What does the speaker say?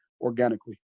organically